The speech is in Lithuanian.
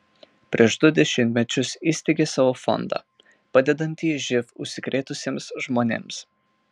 prieš du dešimtmečius įsteigė savo fondą padedantį živ užsikrėtusiems žmonėms